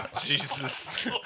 Jesus